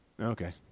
Okay